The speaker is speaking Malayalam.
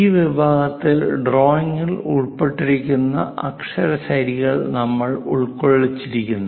ഈ വിഭാഗത്തിൽ ഡ്രോയിംഗിൽ ഉൾപ്പെട്ടിരിക്കുന്ന അക്ഷര ശൈലികൾ നമ്മൾ ഉൾക്കൊള്ളിച്ചിരിക്കുന്നു